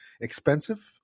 Expensive